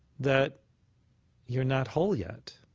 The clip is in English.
that you're not whole yet.